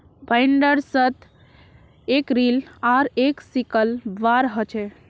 बाइंडर्सत एक रील आर एक सिकल बार ह छे